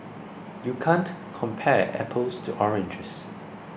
you can't compare apples to oranges